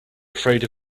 afraid